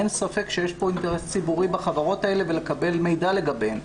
אין ספק שיש פה אינטרס ציבורי בחברות האלה ולקבל מידע לגביהן.